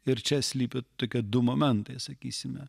ir čia slypi tokie du momentai sakysime